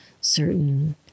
certain